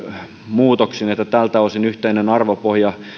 muutoksiin että tältä osin yhteinen arvopohja